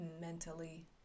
mentally